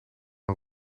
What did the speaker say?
een